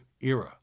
era